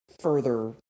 further